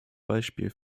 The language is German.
beispiel